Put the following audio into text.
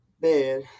bed